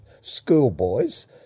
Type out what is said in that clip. schoolboys